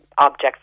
objects